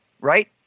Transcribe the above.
right